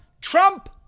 Trump